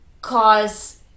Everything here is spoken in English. cause